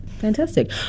fantastic